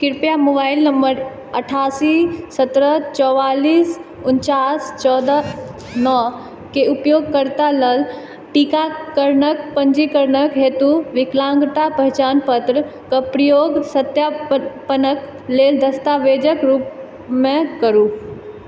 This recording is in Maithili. कृपया मोबाइल नम्बर अठासी सत्रह चौआलिस उनचास चौदह नओके उपयोगकर्ता लेल टीकाकरणक पञ्जीकरणक हेतु विकलाङ्गता पहचानपत्रके प्रयोग सत्यापनक लेल दस्तावेजक रूपमे करू